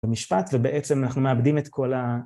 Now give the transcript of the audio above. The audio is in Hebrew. במשפט, ובעצם אנחנו מאבדים את כל ה...